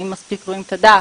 האם מספיק רואים את הדף,